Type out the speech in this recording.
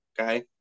Okay